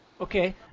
Okay